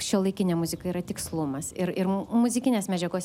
šiuolaikinėj muzikoj yra tikslumas ir ir muzikinės medžiagos